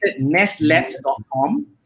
nestlabs.com